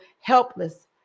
helpless